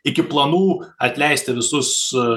iki planų atleisti visus